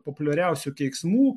populiariausių keiksmų